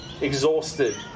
exhausted